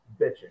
bitching